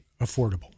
affordable